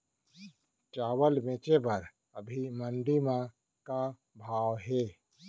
चांवल बेचे बर अभी मंडी म का भाव हे?